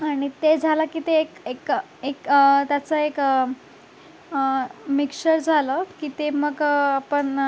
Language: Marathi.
आणि ते झालं की ते एक एक एक त्याचं एक मिक्शर झालं की ते मग आपण